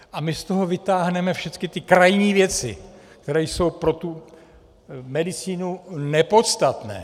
A my z toho vytáhneme všecky ty krajní věci, které jsou pro tu medicínu nepodstatné.